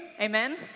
Amen